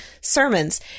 sermons